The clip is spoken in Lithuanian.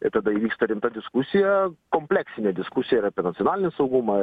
ir tada įvyksta rimta diskusija kompleksinė diskusija ir apie nacionalinį saugumą